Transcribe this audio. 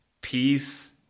peace